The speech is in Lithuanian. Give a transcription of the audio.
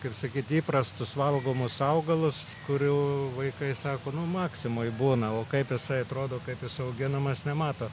kaip sakyt įprastus valgomus augalus kurių vaikai sako nu maksimoj būna o kaip jisai atrodo kaip jis auginamas nemato